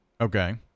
Okay